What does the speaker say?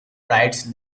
rights